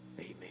Amen